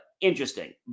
interesting